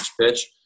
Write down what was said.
pitch